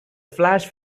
flash